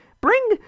bring